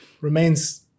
remains